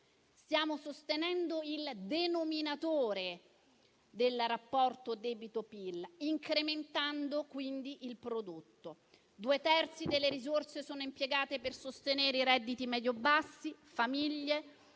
Stiamo sostenendo il denominatore del rapporto debito-PIL, incrementando quindi il prodotto. Due terzi delle risorse sono impiegate per sostenere i redditi medio-bassi, famiglie